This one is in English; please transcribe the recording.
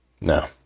No